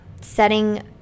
setting